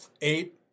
eight